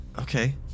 Okay